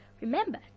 remember